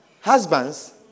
Husbands